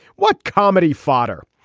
what comedy fodder.